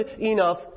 enough